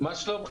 קודם כול,